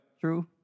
True